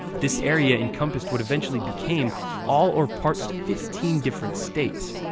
this area encompassed what eventually became all or part of fifteen different states.